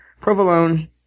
provolone